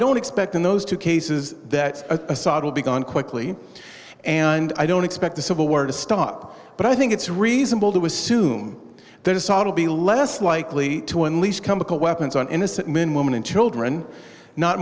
don't expect in those two cases that a will be gone quickly and i don't expect the civil war to stop but i think it's reasonable to assume that assad will be less likely to unleash chemical weapons on innocent men women and children not